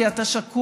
כי אתה שקוף,